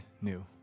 new